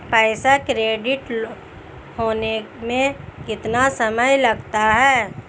पैसा क्रेडिट होने में कितना समय लगता है?